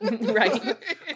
Right